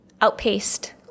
outpaced